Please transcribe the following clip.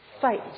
fight